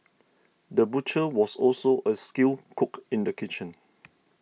the butcher was also a skilled cook in the kitchen